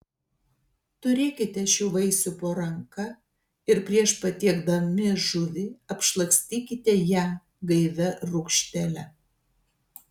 turėkite šių vaisių po ranka ir prieš patiekdami žuvį apšlakstykite ją gaivia rūgštele